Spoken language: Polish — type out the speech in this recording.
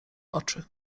oczy